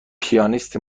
پیانیست